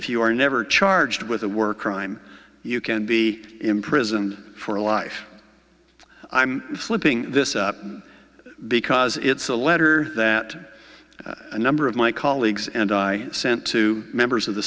if you are never charged with a work crime you can be imprisoned for a life i'm flipping this because it's a letter that a number of my colleagues and i sent two members of the